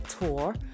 tour